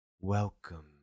Welcome